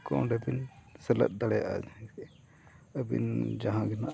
ᱠᱚ ᱚᱸᱰᱮ ᱵᱤᱱ ᱥᱮᱞᱮᱫ ᱫᱟᱲᱮᱭᱟᱜᱼᱟ ᱟᱹᱵᱤᱱ ᱡᱟᱦᱟᱸᱜᱮ ᱱᱟᱜ